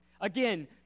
Again